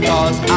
Cause